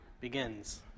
begins